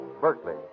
Berkeley